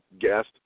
guest